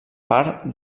part